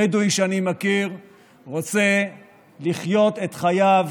הבדואי שאני מכיר רוצה לחיות את חייו,